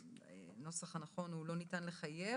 הנוסח הנכון הוא לא ניתן לחייב.